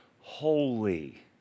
holy